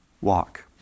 walk